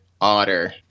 otter